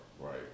Right